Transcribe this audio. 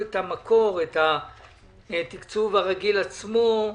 המקור, התקצוב הרגיל עצמו,